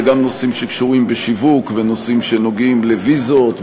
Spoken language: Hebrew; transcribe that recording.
זה גם נושאים שקשורים בשיווק ונושאים שנוגעים לוויזות,